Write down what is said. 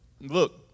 look